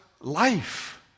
life